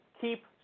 keep